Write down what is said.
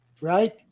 right